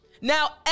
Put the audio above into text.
Now